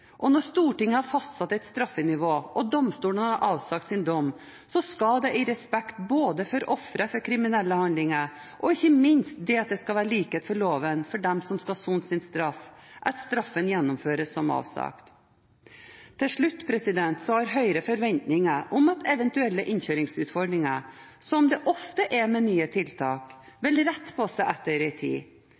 Når Stortinget har fastsatt et straffenivå og domstolene har avsagt sin dom, skal – i respekt for både ofre for kriminelle handlinger og ikke minst det at det skal være likhet for loven for dem som skal sone sin straff – straffen gjennomføres som avsagt. Til slutt: Høyre har forventninger om at eventuelle innkjøringsutfordringer – som det ofte er med nye tiltak – vil rette på seg etter en tid.